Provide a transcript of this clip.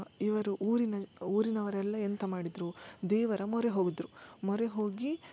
ಇವರು ಊರಿನ ಊರಿನವರೆಲ್ಲ ಎಂಥ ಮಾಡಿದರು ದೇವರ ಮೊರೆ ಹೋಗಿದ್ದರು ಮೊರೆ ಹೋಗಿ